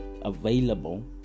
available